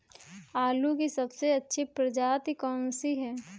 आलू की सबसे अच्छी प्रजाति कौन सी है?